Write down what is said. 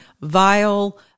vile